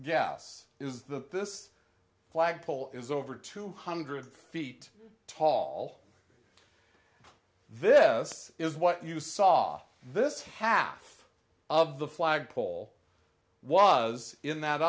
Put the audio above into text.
the this flagpole is over two hundred feet tall this is what you saw this half of the flagpole was in that